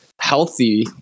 healthy